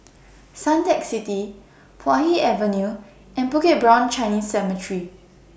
Suntec City Puay Hee Avenue and Bukit Brown Chinese Cemetery